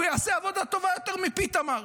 הוא יעשה עבודה טובה יותר מפיתמר.